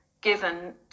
given